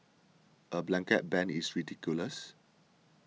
a blanket ban is ridiculous